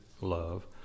love